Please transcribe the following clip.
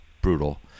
brutal